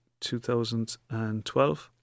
2012